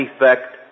effect